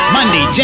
Monday